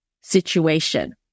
situation